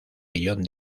millón